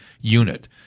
unit—